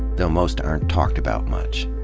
though most aren't talked about much.